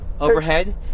overhead